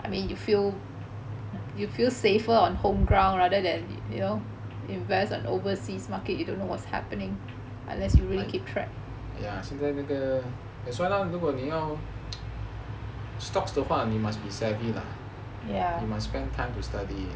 ya 现在那个 that's why lor 如果你要 stocks 的话 you must be savvy lah you must spend time to study